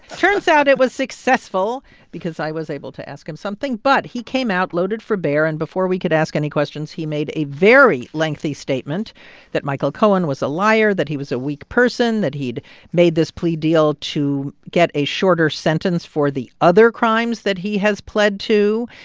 turns out it was successful because i was able to ask him something. but he came out loaded for bear. and before we could ask any questions, he made a very lengthy statement that michael cohen was a liar, that he was a weak person, that he'd made this plea deal to get a shorter sentence for the other crimes that he has pled to.